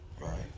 Right